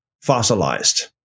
fossilized